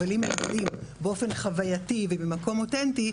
אבל אם באופן חוויתי וממקום אותנטי,